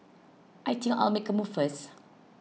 I think I'll make a move first